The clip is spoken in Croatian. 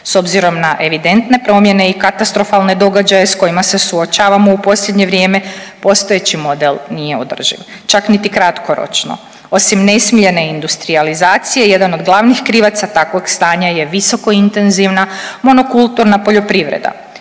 S obzirom na evidentne promjene i katastrofalne događaje s kojima se suočavamo u posljednje vrijeme, postojeći model nije održiv. Čak niti kratkoročno. Osim nesmiljene industrijalizacije, jedan od glavnih krivaca takvog stanja je visokointenzivna monokulturna poljoprivreda.